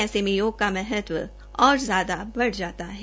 ऐसे में योग का महत्व और ज्यादा बढ़ जाता है